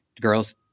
girls